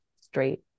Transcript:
straight